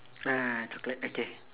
ah chocolate okay